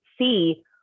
see